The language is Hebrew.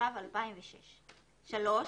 התשס"ו 2006‏; (3)